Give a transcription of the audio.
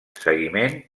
seguiment